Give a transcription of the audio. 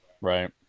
right